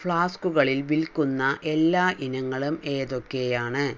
ഫ്ലാസ്കുകളിൽ വിൽക്കുന്ന എല്ലാ ഇനങ്ങളും ഏതൊക്കെയാണ്